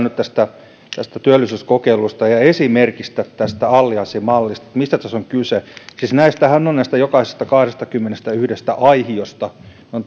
nyt tästä tästä työllisyyskokeilusta ja esimerkistä tästä allianssimallista mistä tässä on kyse siis näistä jokaisesta kahdestakymmenestäyhdestä aihiosta ne